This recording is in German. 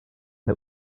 der